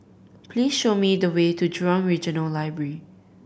please show me the way to Jurong Regional Library